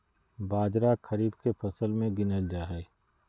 बाजरा खरीफ के फसल मे गीनल जा हइ